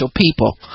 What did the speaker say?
people